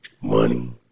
Money